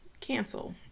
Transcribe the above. cancel